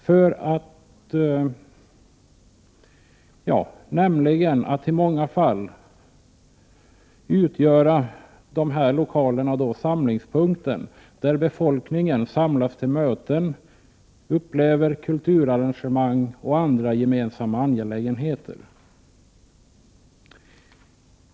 Deras lokaler utgör i många fall samlingspunkten, där befolkningen samlas till möten, kulturarrangemang och för andra gemensamma angelägenheter.